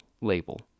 Label